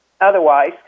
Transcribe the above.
otherwise